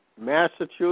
Massachusetts